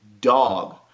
dog